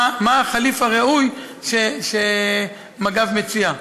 מה החליף הראוי שמג"ב מציע.